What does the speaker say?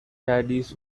caddies